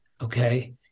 Okay